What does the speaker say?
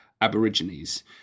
Aborigines